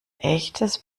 echtes